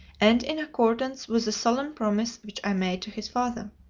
and in accordance with the solemn promise which i made to his father.